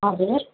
हजुर